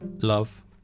love